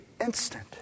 instant